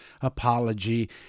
apology